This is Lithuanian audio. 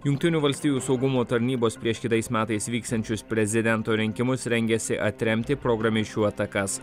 jungtinių valstijų saugumo tarnybos prieš kitais metais vyksiančius prezidento rinkimus rengiasi atremti programišių atakas